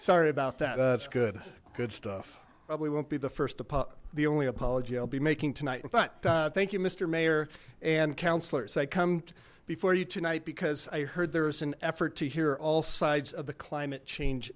sorry about that that's good good stuff probably won't be the first apartment the only apology i'll be making tonight but thank you mister mayor and councillors i come before you tonight because i heard there was an effort to hear all sides of the climate change